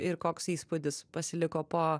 ir koks įspūdis pasiliko po